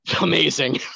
amazing